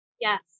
Yes